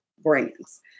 Brands